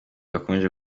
bakomeje